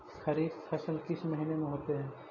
खरिफ फसल किस महीने में होते हैं?